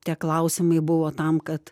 tie klausimai buvo tam kad